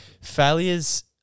failures